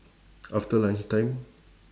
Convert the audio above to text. after lunch time